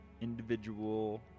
individual